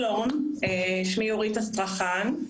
שלום, שמי אורית אסטרחן,